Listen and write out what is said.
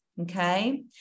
okay